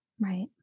Right